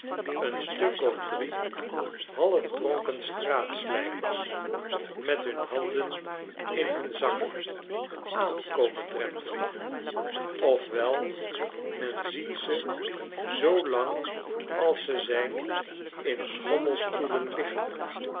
een stuk of drie half dronken straatslijpers met hun handen in hun zakken aan komen drentelen of wel men ziet ze zoo lang als ze zijn in schommelstoelen liggen